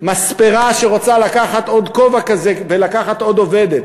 מספרה שרוצה לקחת עוד כובע כזה ולקחת עוד עובדת.